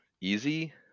easy